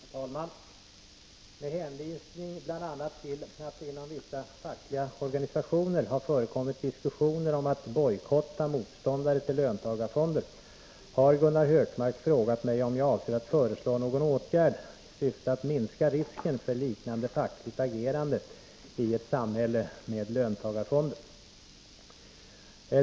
Herr talman! Med hänvisning bl.a. till att det inom vissa fackliga organisationer har förekommit diskussioner om att bojkotta motståndare till löntagarfonder har Gunnar Hökmark frågat mig om jag avser att föreslå någon åtgärd i syfte att minska risken för liknande fackligt agerande i ett samhälle med löntagarfonder.